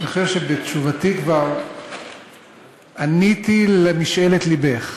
אחרי שבתשובתי כבר עניתי למשאלת לבך,